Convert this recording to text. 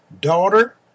Daughter